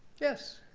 yes?